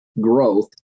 growth